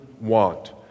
want